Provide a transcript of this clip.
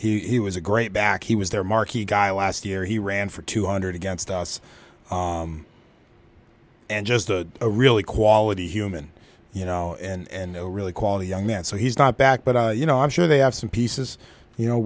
though he was a great back he was there marquee guy last year he ran for two hundred against us and just a really quality human you know and really quality young man so he's not back but you know i'm sure they have some pieces you know